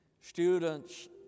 students